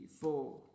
four